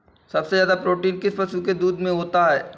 सबसे ज्यादा प्रोटीन किस पशु के दूध में होता है?